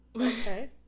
Okay